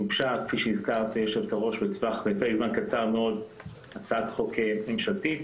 גובשה תוך זמן קצר מאוד הצעת חוק ממשלתית,